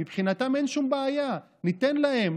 מבחינתם אין שום בעיה: ניתן להם,